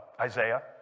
Isaiah